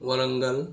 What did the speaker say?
Warangal